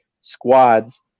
squads